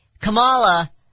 Kamala